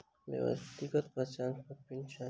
व्यक्तिगत पहचान संख्या वा पिन की है?